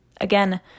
Again